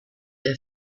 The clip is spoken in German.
der